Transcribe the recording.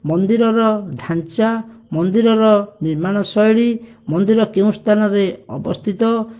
ମନ୍ଦିରର ଢାଞ୍ଚା ମନ୍ଦିରର ନିର୍ମାଣ ଶୈଳୀ ମନ୍ଦିର କେଉଁ ସ୍ଥାନରେ ଅବସ୍ଥିତ